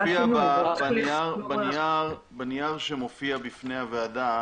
בנייר שמופיע בפני הוועדה